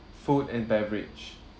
food and beverage